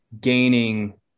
gaining